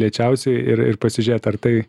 lėčiausiai ir ir pasižiūrėt ar tai